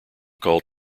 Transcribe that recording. called